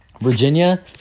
Virginia